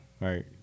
Right